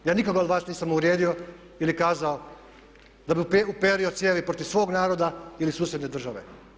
Ja nikoga od vas nisam uvrijedio ili kazao da bi uperio cijevi protiv svog naroda ili susjedne države.